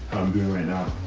i'm doing right now.